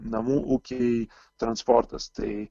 namų ūkiai transportas tai